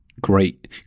great